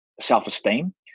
self-esteem